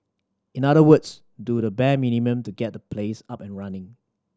in other words do the bare minimum to get the place up and running